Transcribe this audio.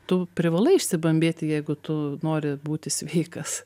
tu privalai išsibambėti jeigu tu nori būti sveikas